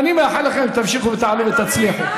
ואני מאחל לכם שתמשיכו ותעלו ותצליחו.